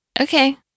Okay